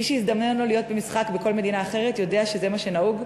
מי שהזדמן לו להיות במשחק בכל מדינה אחרת יודע שזה מה שנהוג,